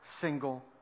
single